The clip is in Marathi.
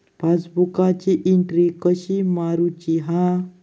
पासबुकाची एन्ट्री कशी मारुची हा?